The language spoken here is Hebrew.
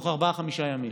תוך ארבעה-חמישה ימים?